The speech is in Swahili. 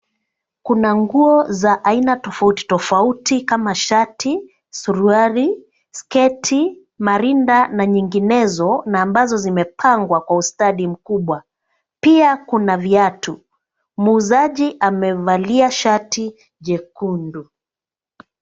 Kuna nguo za aina tofauti tofauti kama: shati, suruali, sketi, marinda na nyinginezo na ambazo zimepangwa kwa ustadi mkubwa, pia kuna viatu. Muuzaji amevalia shati jekundu.